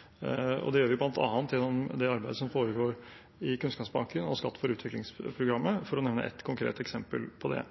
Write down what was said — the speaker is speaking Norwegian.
i. Det gjør vi bl.a. gjennom det arbeidet som foregår i Kunnskapsbanken og Skatt for utvikling-programmet, for å nevne et konkret eksempel på det.